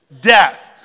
death